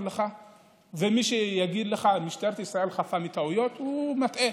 מי שיגיד לך שמשטרת ישראל חפה מטעויות מטעה,